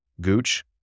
Gooch